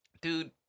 dude